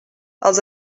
els